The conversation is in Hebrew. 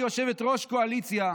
כיושבת-ראש קואליציה,